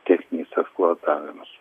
techninis eksploatavimas